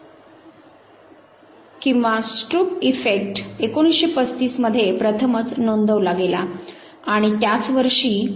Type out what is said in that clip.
आता आपण समकालीन काळाच्या जवळ आलो आहोत 1973 हे वर्ष होते जेव्हा फ्रिश कॉनरॅड लोरेन्झ आणि टिन्बर्गन यांना त्यांच्या प्राण्यांच्या वर्तणुकीवरील अभ्यासासाठी ओळखले गेले आणि त्यांना नोबेल पारितोषिक देण्यात आले